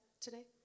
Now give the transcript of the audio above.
today